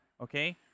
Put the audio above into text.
Okay